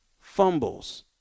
fumbles